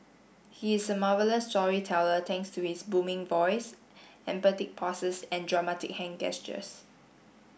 he is a marvellous storyteller thanks to his booming voice emphatic pauses and dramatic hand gestures